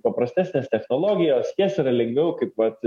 paprastesnės technologijos jas yra lengviau kaip vat